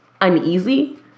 uneasy